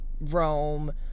Rome